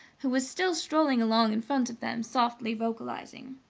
who was still strolling along in front of them, softly vocalizing.